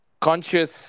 conscious